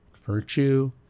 virtue